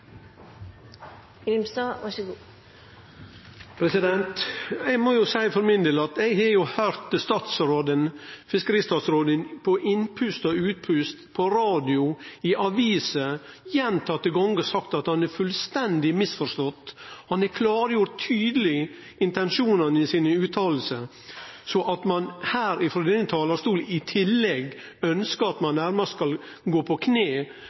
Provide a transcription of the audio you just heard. Eg må for min del seie at eg har høyrt fiskeristatsråden på innpust og utpust på radio – og sett i aviser – fleire gonger seie at han er fullstendig misforstått, og han har klargjort tydeleg intensjonane i sine utsegner. At ein her frå denne talarstolen ønskjer at ein i tillegg nærmast skal gå ned på kne